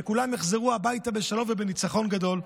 שכולם יחזרו הביתה בשלום ובניצחון גדול.